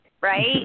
Right